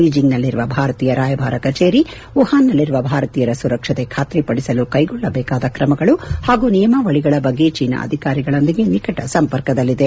ಬೀಜೆಂಗ್ನಲ್ಲಿರುವ ಭಾರತೀಯ ರಾಯಭಾರಿ ಕಚೇರಿ ವುಹಾನ್ನಲ್ಲಿರುವ ಭಾರತೀಯರ ಸುರಕ್ಷತೆ ಖಾತ್ರಿಪಡಿಸಲು ಕೈಗೊಳ್ಳಬೇಕಾದ ಕ್ರಮಗಳು ಹಾಗೂ ನಿಯಮಾವಳಿಗಳ ಬಗ್ಗೆ ಚೀನಾ ಅಧಿಕಾರಿಗಳೊಂದಿಗೆ ನಿಕಟ ಸಂಪರ್ಕದಲ್ಲಿದೆ